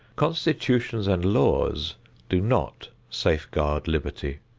constitutions and laws do not safeguard liberty.